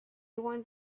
want